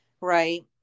right